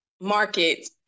market